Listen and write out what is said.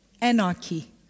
Anarchy